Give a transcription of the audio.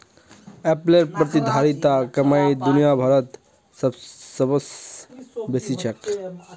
एप्पलेर प्रतिधारित कमाई दुनिया भरत सबस बेसी छेक